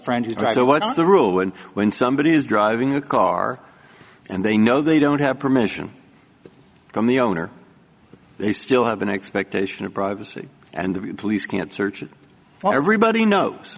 so what's the rule when when somebody is driving a car and they know they don't have permission from the owner they still have an expectation of privacy and the police can't search for everybody knows